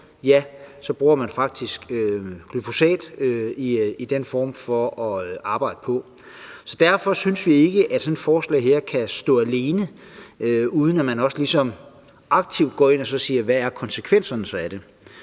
jorden, bruger man faktisk glyfosat i den måde at arbejde på. Derfor synes vi ikke, at sådan et forslag kan stå alene, uden at man også ligesom aktivt går ind og siger, hvad konsekvenserne af det